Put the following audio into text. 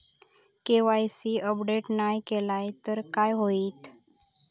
KYC update नाय केलय तर काय होईत?